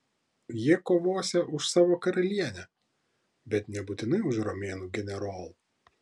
jie kovosią už savo karalienę bet nebūtinai už romėnų generolą